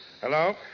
Hello